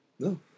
No